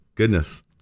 goodness